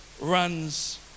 runs